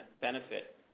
benefit